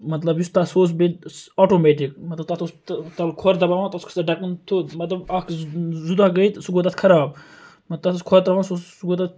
مَطلَب یُس تتھ سُہ سُہ اوس بیٚیہِ آٹومیٹِک مَطلَب تتھ اوس تَلہٕ کھوٚر دَباوان تتھ اوس کھَسان ڈَکَن تھوٚد اکھ زٕ دۄہ گٔیہِ تہٕ سُہ گوٚو تتھ خَراب مَطلَب تتھ ٲسۍ کھۄر تراوان سُہ اوس سُہ گوٚو تتھ